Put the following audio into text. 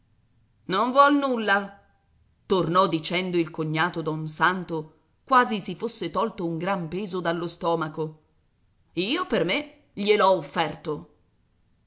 non vuol nulla tornò dicendo il cognato don santo quasi si fosse tolto un gran peso dallo stomaco io per me gliel'ho offerto